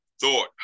thought